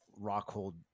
Rockhold